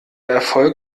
erfolg